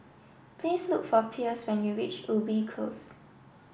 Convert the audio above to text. please look for Pierce when you reach Ubi Close